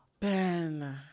Ben